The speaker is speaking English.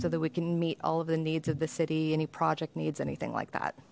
so that we can meet all of the needs of the city any project needs anything like that